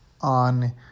on